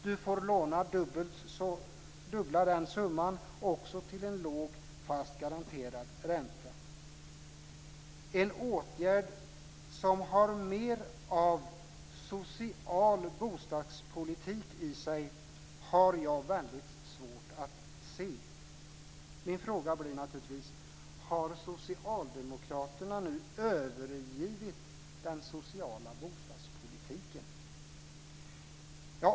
Man får låna dubbla summan också till en låg fast garanterad ränta. En åtgärd som har mer av social bostadspolitik i sig har jag svårt att se. Min fråga blir naturligtvis: Har socialdemokraterna övergivit den sociala bostadspolitiken?